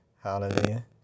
hallelujah